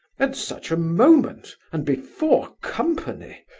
at such a moment, and before company,